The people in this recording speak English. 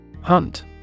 Hunt